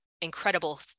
incredible